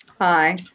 Hi